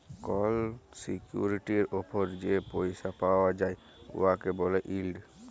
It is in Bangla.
কল সিকিউরিটির উপর যে পইসা পাউয়া যায় উয়াকে ব্যলে ইল্ড